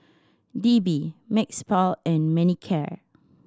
D B Mepilex and Manicare